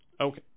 Okay